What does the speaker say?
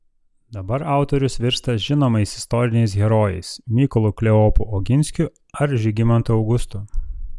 dabar autorius virsta žinomais istoriniais herojais mykolu kleopu oginskiu ar žygimantu augustu